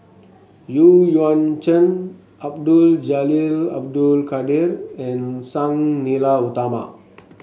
Yuan Zhen Abdul Jalil Abdul Kadir and Sang Nila Utama